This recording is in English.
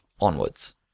onwards